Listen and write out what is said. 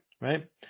right